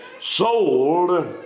sold